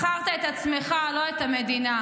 מכרת את עצמך, לא את המדינה.